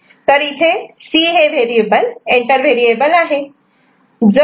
तर इथे C हे व्हेरिएबल एंटर व्हेरिएबल आहे